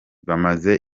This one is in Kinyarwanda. bamaze